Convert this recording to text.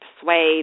persuade